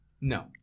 No